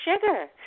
sugar